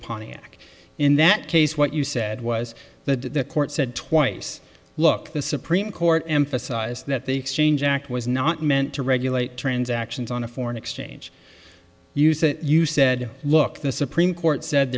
pontiac in that case what you said was the court said twice look the supreme court emphasized that the exchange act was not meant to regulate transactions on a foreign exchange you said you said look the supreme court said